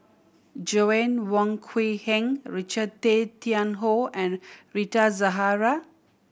Joanna Wong Quee Heng Richard Tay Tian Hoe and Rita Zahara